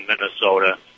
Minnesota